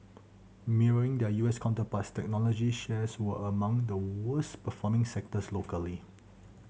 mirroring their U S counterparts technology shares were among the worst performing sectors locally